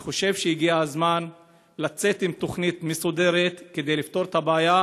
אני חושב שהגיע הזמן לצאת עם תוכנית מסודרת כדי לפתור את הבעיה,